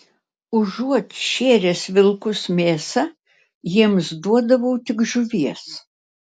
užuot šėręs vilkus mėsa jiems duodavau tik žuvies